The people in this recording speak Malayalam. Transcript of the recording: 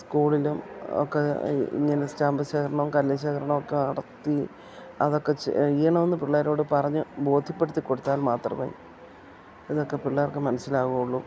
സ്കൂളിലും ഒക്കെ ഇങ്ങനെ സ്റ്റാമ്പ് ശേഖരണവും കല്ല് ശേഖരണവും ഒക്കെ നടത്തി അതൊക്കെ ചെയ്യണമെന്ന് പിള്ളേരോട് പറഞ്ഞ് ബോധ്യപ്പെടുത്തി കൊടുത്താൽ മാത്രമേ ഇതൊക്കെ പിള്ളേർക്ക് മനസ്സിലാവുള്ളൂ